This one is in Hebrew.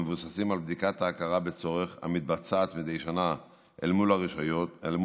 המבוססים על בדיקת ההכרה בצורך המתבצעת מדי שנה אל מול הרשויות,